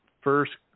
first